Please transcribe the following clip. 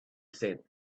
said